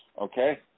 okay